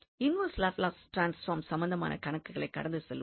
inverse Laplace transform சம்மந்தமான கணக்குகளைக் கடந்து செல்வோம்